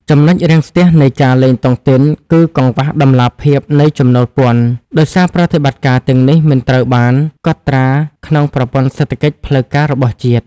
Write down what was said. ចំណុចរាំងស្ទះនៃការលេងតុងទីនគឺ "កង្វះតម្លាភាពនៃចំណូលពន្ធ" ដោយសារប្រតិបត្តិការទាំងនេះមិនត្រូវបានកត់ត្រាក្នុងប្រព័ន្ធសេដ្ឋកិច្ចផ្លូវការរបស់ជាតិ។